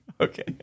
Okay